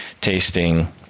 tasting